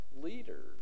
leaders